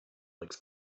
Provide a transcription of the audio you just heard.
legs